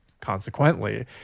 Consequently